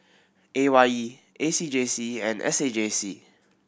A Y E A C J C and S A J C